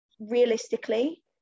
realistically